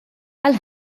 għall